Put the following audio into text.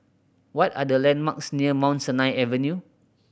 what are the landmarks near Mount Sinai Avenue